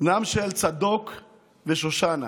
בנם של צדוק ושושנה,